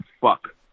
fuck